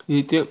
ییٚتہِ